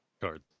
cards